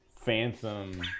phantom